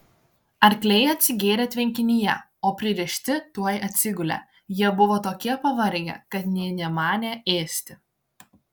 arkliai atsigėrė tvenkinyje o pririšti tuoj atsigulė jie buvo tokie pavargę kad nė nemanė ėsti